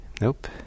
Nope